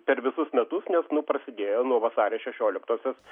per visus metus nes nu prasidėjo nuo vasario šešioliktosios